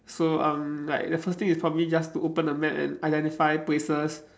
so um like the first thing is probably just to open a map and identify places